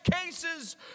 cases